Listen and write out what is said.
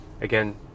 Again